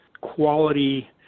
quality